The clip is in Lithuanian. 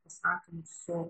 pasakymų su